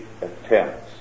attempts